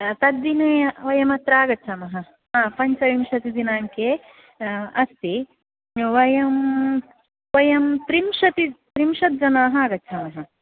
तद्दिने वयमत्र आगच्छामः हा पञ्चविंशति दिनाङ्के अस्ति वयं वयं त्रिंशति त्रिंशत् जनाः आगच्छामः